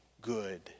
good